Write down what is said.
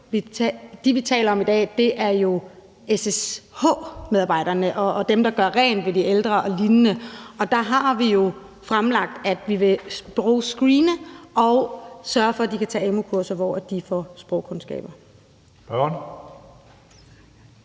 Dem, vi taler om i dag, er jo SSH-medarbejderne og dem, der gør rent ved de ældre og lignende, og der har vi jo fremlagt, at vi vil screene og sørge for, at de kan tage amu-kurser, hvor de får sprogkundskaber.